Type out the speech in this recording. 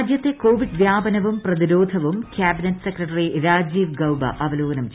രാജ്യത്തെ കോവിഡ് വ്യാപനവും പ്രതിരോധവും കൃാബിനറ്റ് സെക്രട്ടറി രാജീവ് ഗൌബ അവലോകനം ചെയ്തു